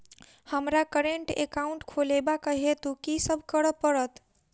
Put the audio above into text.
हमरा current account खोलेवाक हेतु की सब करऽ पड़त?